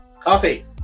Coffee